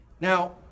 Now